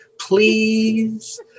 please